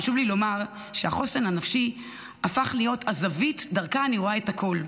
חשוב לי לומר שהחוסן הנפשי הפך להיות הזווית שדרכה אני רואה את הכול,